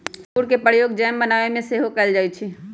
इंगूर के प्रयोग जैम बनाबे में सेहो कएल जाइ छइ